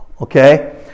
okay